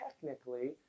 technically